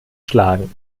schlagen